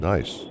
Nice